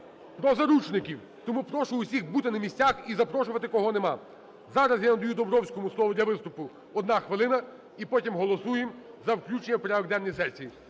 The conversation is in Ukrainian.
про заручників. Тому прошу усіх бути на місцях і запрошувати, кого немає. Зараз я надаю Домбровському слово для виступу, одна хвилина. І потім голосуємо за включення в порядок денний сесії.